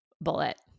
bullet